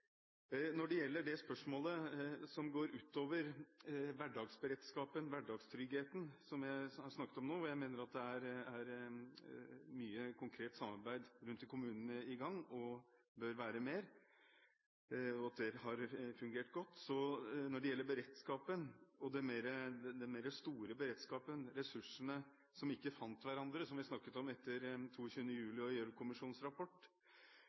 det som går utover hverdagsberedskapen, hverdagstryggheten, som jeg har snakket om nå – og jeg mener at det er mye konkret samarbeid i gang rundt i kommunene, og bør være mer, og at det har fungert godt: Når det gjelder beredskapen, den større beredskapen, ressursene som ikke fant hverandre, som vi snakket om etter 22. juli og Gjørv-kommisjonens rapport,